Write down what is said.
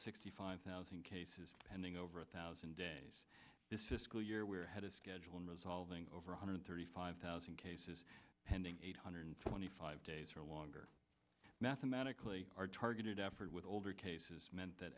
sixty five thousand cases pending over a thousand days this siskel year we had a schedule resolving over one hundred thirty five thousand cases pending eight hundred twenty five days or longer mathematically our targeted effort with older cases meant that